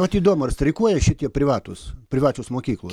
vot įdomu ar streikuoja šitie privatūs privačios mokyklos